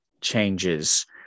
changes